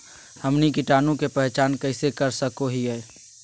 हमनी कीटाणु के पहचान कइसे कर सको हीयइ?